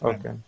Okay